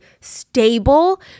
stable